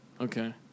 okay